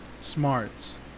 smarts